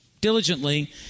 diligently